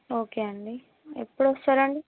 okay అండి ఎప్పుడు వస్తారండి